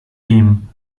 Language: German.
dem